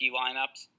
lineups